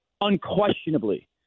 unquestionably